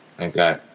Okay